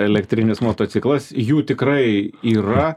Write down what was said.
elektrinis motociklas jų tikrai yra